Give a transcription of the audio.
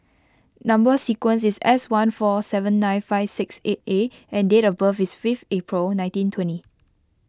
Number Sequence is S one four seven nine five six eight A and date of birth is five April nineteen twenty